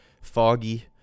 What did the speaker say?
foggy